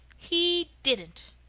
he didn't,